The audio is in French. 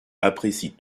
apprécient